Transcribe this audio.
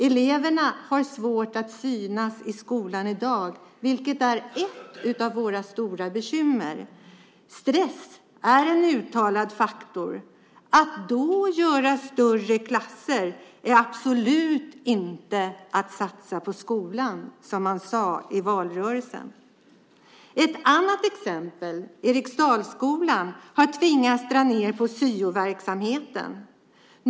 Eleverna har svårt att synas i skolan i dag, vilket är ett av våra stora bekymmer. Stress är en uttalad faktor. Att då göra större klasser är absolut inte att satsa på skolan, som man sade att man skulle i valrörelsen. Ett annat exempel är Eriksdalsskolan som har tvingats att dra ned på syoverksamheten.